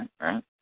right